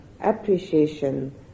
appreciation